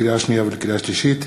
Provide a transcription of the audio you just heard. לקריאה שנייה ולקריאה שלישית: